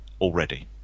already